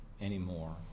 anymore